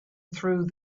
through